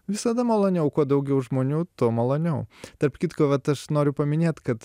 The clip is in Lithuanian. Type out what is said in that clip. visada maloniau kuo daugiau žmonių tuo maloniau tarp kitko vat aš noriu paminėt kad